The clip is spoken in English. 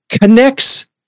connects